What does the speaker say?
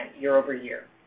year-over-year